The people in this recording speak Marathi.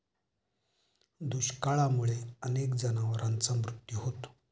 दुष्काळामुळे अनेक जनावरांचा मृत्यू होतो